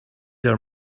your